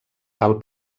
cal